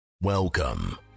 Welcome